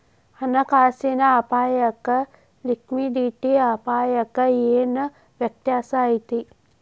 ಹಣ ಕಾಸಿನ್ ಅಪ್ಪಾಯಕ್ಕ ಲಿಕ್ವಿಡಿಟಿ ಅಪಾಯಕ್ಕ ಏನ್ ವ್ಯತ್ಯಾಸಾ ಐತಿ?